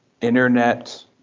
internet